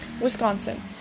Wisconsin